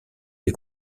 des